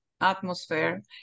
atmosphere